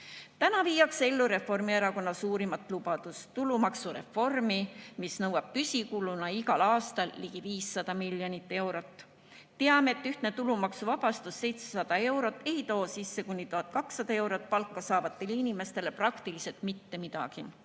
Täna viiakse ellu Reformierakonna suurimat lubadust, tulumaksureformi, mis nõuab püsikuluna igal aastal ligi 500 miljonit eurot. Teame, et ühtne tulumaksuvabastus 700 eurot ei too kuni 1200 eurot palka saavatele inimestele sisse praktiliselt mitte midagi,